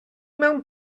mewn